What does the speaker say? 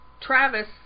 Travis